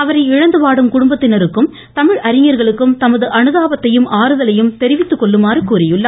அவரை இழந்து வாடும் குடும்பத்தினருக்கும் தமிழ் அறிஞர்களுக்கும் தமது அனுதாபத்தையும் ஆறுதலையும் தெரிவித்துக்கொள்ளுமாறு கூறியிருக்கிறார்